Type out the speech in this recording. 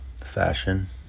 fashion